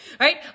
right